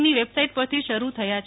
ની વેબસાઈટ પરથી શરૂ થાય છે